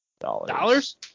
Dollars